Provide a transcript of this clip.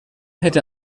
hätte